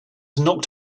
knocked